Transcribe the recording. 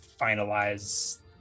finalize